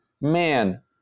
man